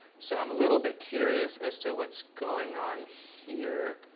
so i'm a little bit curious as to what's going on here.